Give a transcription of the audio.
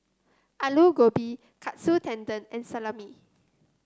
Alu Gobi Katsu Tendon and Salami